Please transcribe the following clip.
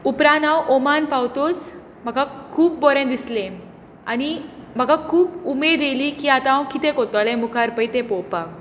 उपरांत हांव ओमान पावतकच म्हाका खूब बरें दिसलें आनी म्हाका खूब उमेद आयली की आतां हांव कितें करतलें मुखार पळय तें पळोवपाक